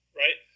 right